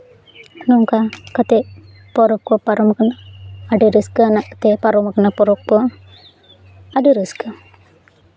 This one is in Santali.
ᱱᱚᱝᱠᱟ ᱠᱟᱛᱮᱜ ᱯᱚᱨᱚᱵᱽ ᱠᱚ ᱯᱟᱨᱚᱢ ᱟᱠᱟᱱᱟ ᱟᱹᱰᱤ ᱨᱟᱹᱥᱠᱟᱹ ᱟᱱᱟᱜ ᱛᱮ ᱯᱟᱨᱚᱢ ᱟᱠᱟᱱᱟ ᱯᱚᱨᱚᱵᱽ ᱠᱚ ᱟᱹᱰᱤ ᱨᱟᱹᱥᱠᱟᱹ